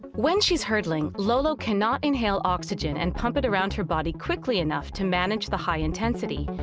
when she's hurdling, lolo cannot inhale oxygen and pump it around her body quickly enough to manage the high intensity.